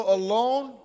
alone